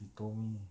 he told me